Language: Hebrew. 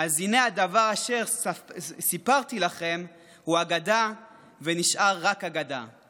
אז הינה הדבר שספרתי לכם הוא אגדה ונשאר רק אגדה".